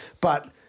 But-